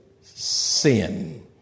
sin